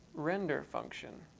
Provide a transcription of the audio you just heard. render function.